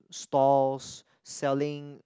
stalls selling